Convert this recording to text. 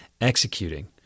executing